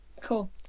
cool